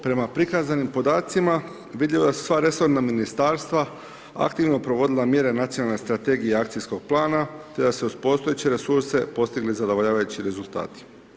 Prema prikazanim podacima vidljiva su sva resorna ministarstva, aktivno provodila mjere Nacionalne strategije i akcijskog plana te da su se uz postojeće resurse postigli zadovoljavajući rezultati.